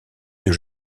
deux